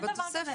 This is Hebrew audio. אין דבר כזה,